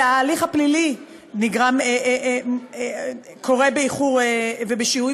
וההליך הפלילי קורה באיחור ושיהוי,